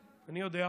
אני יודע,